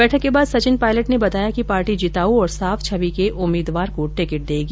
बैठक के बाद सचिन पायलट ने कहा कि पार्टी जिताऊ और साफ छवि के उम्मीदवार को टिकट देगी